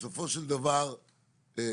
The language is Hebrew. בסופו של דבר הצלחנו,